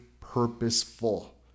purposeful